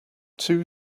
two